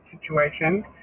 situation